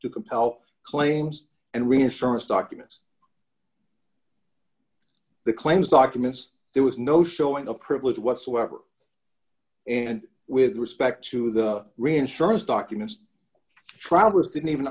to compel claims and reassurance documents the claims documents there was no showing of privilege whatsoever and with respect to the reinsurance documents travers didn't even